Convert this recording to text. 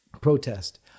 protest